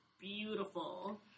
beautiful